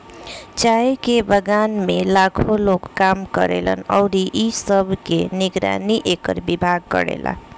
चाय के बगान में लाखो लोग काम करेलन अउरी इ सब के निगरानी एकर विभाग करेला